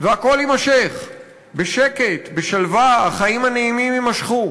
והכול יימשך בשקט, בשלווה, החיים הנעימים יימשכו.